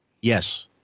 Yes